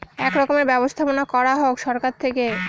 এক রকমের ব্যবস্থাপনা করা হোক সরকার থেকে